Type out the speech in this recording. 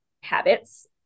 habits